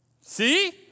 See